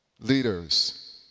leaders